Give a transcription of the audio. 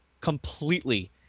completely